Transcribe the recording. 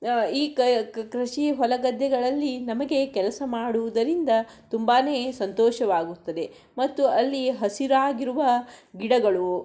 ಈ ಕ ಕೃಷಿ ಹೊಲ ಗದ್ದೆಗಳಲ್ಲಿ ನಮಗೆ ಕೆಲಸ ಮಾಡುವುದರಿಂದ ತುಂಬಾ ಸಂತೋಷವಾಗುತ್ತದೆ ಮತ್ತು ಅಲ್ಲಿ ಹಸಿರಾಗಿರುವ ಗಿಡಗಳು